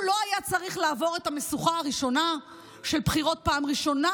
הוא לא היה צריך לעבור את המשוכה הראשונה של בחירות בפעם הראשונה,